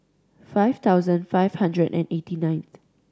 five thousand five hundred and eighty ninth